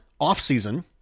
offseason